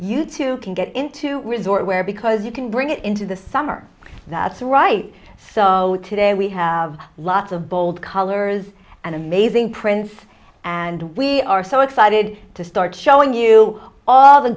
you too can get into resort wear because you can bring it into the summer that's right so today we have lots of bold colors and amazing prints and we are so excited to start showing you all the